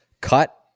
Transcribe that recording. cut